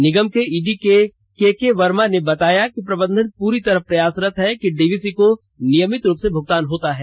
निगम के ED K K Verma ने बताया कि प्रबंधन प्ररी तरह प्रयासरत है कि डीवीसी को नियमित रूप से भुगतान होता है